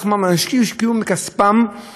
היום אפשר להגיד שמה שלא בטוח זה הביטוח.